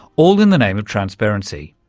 all in the name of transparency.